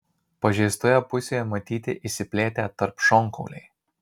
pažeistoje pusėje matyti išsiplėtę tarpšonkauliai